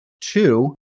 Two